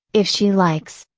if she likes.